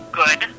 good